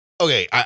Okay